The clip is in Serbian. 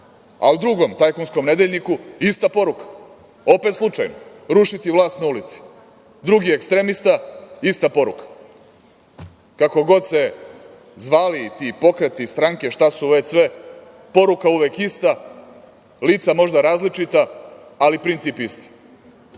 u drugom tajkunskom nedeljniku ista poruka, opet slučajno „Rušiti vlast na ulici“, drugi ekstremista – ista poruka. Kako god se zvali ti pokreti, stranke, šta su već sve, poruka uvek ista, lica možda različita ali princip isti